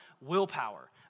willpower